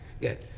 good